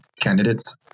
candidates